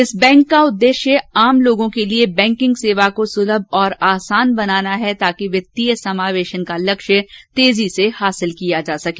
इस बैंक का उद्देश्य आम लोगों के लिए बैकिंग सेवा को सुलम और आसान बनाना है ताकि वित्तीय समावेशन का लक्ष्य तेजी से प्राप्त किया जा सके